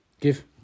Give